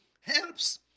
helps